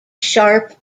sharp